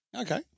Okay